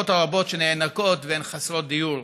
למשפחות הרבות שנאנקות והן חסרות דיור.